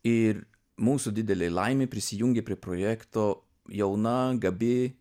ir mūsų didelė laimė prisijungė prie projekto jauna gabi